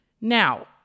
Now